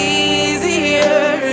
easier